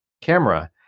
camera